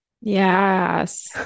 yes